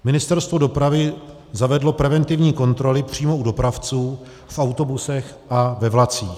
Ministerstvo dopravy zavedlo preventivní kontroly přímo u dopravců, v autobusech a ve vlacích.